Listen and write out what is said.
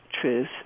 truth